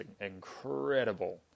incredible